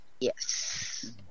Yes